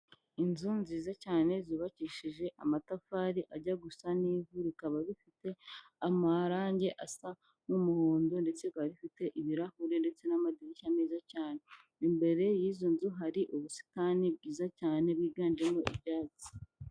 Inzu nziza cyane zubakishije amatafari ajya gusa n'ivu, rikaba bifite amarangi asa nk'umuhondo, ndetse bikaba bifite ibirahuri ndetse n'amadirishya meza cyane. Imbere y'izo nzu hari ubusitani bwiza cyane bwiganjemo ibyatsi.